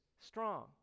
strong